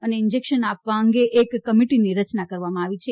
અને ઈન્જેકશન આપવા અંગે એક કમિટીની રચના કરવામાં આવી છે